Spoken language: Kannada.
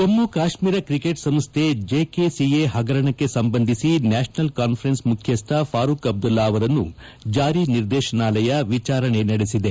ಜಮ್ನು ಕಾಶ್ಮೀರ ಕ್ರಿಕೆಟ್ ಸಂಸ್ವೆ ಜೆಕೆಸಿಎ ಹಗರಣಕ್ಕೆ ಸಂಬಂಧಿಸಿ ನ್ಯಾಷನಲ್ ಕಾನ್ಫರೆನ್ಸ್ ಮುಖ್ಯಸ್ಟ ಫಾರೂಕ್ ಅಬ್ದುಲ್ಲಾ ಅವರನ್ನು ಜಾರಿ ನಿರ್ದೇತನಾಲಯ ವಿಚಾರಣೆ ನಡೆಸಿದೆ